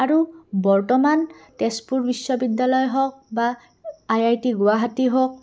আৰু বৰ্তমান তেজপুৰ বিশ্ববিদ্যালয় হওক বা আই আই টি গুৱাহাটী হওক